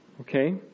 Okay